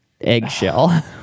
eggshell